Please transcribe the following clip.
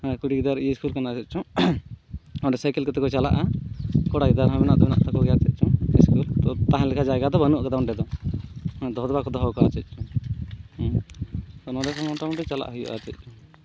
ᱦᱮᱸ ᱠᱩᱲᱤ ᱜᱤᱫᱟᱹᱨ ᱤᱥᱠᱩᱞ ᱠᱟᱱᱟ ᱪᱮᱫ ᱪᱚᱝ ᱚᱸᱰᱮ ᱥᱟᱭᱠᱮᱞ ᱠᱚᱛᱮ ᱠᱚ ᱪᱟᱞᱟᱜᱼᱟ ᱠᱚᱲᱟ ᱜᱤᱫᱟᱨ ᱦᱚᱸ ᱢᱮᱱᱟᱜ ᱫᱚ ᱢᱮᱱᱟᱜ ᱠᱚᱜᱮᱭᱟ ᱪᱮᱫ ᱪᱚᱝ ᱛᱚ ᱛᱟᱦᱮᱱ ᱞᱮᱠᱟᱱ ᱡᱟᱭᱜᱟ ᱫᱚ ᱵᱟᱹᱱᱩᱜ ᱠᱟᱫᱟ ᱚᱸᱰᱮ ᱫᱚ ᱫᱚᱦᱚ ᱫᱚ ᱵᱟᱠᱚ ᱫᱚᱦᱚ ᱠᱚᱣᱟ ᱪᱮᱫ ᱪᱚᱝ ᱱᱚᱰᱮ ᱫᱚ ᱢᱚᱴᱟᱢᱩᱴᱤ ᱪᱟᱞᱟ ᱦᱩᱭᱩᱜᱼᱟ ᱪᱮᱫ ᱪᱚᱝ